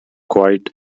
quite